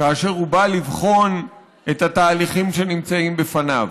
כאשר הוא בא לבחון את התהליכים שנמצאים בפניו.